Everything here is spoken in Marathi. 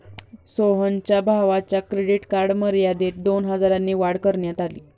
सोहनच्या भावाच्या क्रेडिट कार्ड मर्यादेत दोन हजारांनी वाढ करण्यात आली